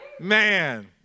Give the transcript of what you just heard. Man